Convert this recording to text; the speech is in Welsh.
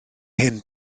hen